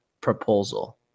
proposal